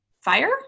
fire